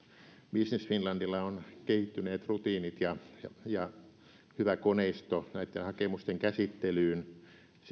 business finlandilla on kehittyneet rutiinit ja hyvä koneisto näitten hakemusten käsittelyyn sen